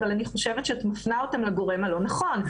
אבל אני חושבת שאת מפנה אותן לגורם הלא נכון.